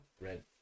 Red